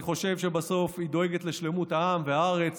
אני חושב שבסוף היא דואגת לשלמות העם והארץ